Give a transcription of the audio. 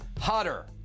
hotter